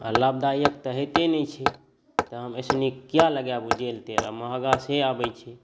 आओर लाभदायक तऽ होइते नहि छै तऽ हम एहिसँ नीक किएक लगाएब ओ जेल तेल महगा से आबै छै